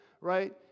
right